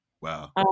Wow